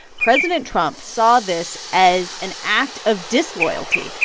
president trump saw this as an act of disloyalty,